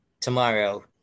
tomorrow